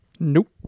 Nope